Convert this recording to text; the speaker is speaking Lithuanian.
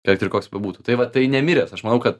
kad ir koks bebūtų tai va tai nemiręs aš manau kad